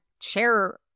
share